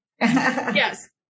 Yes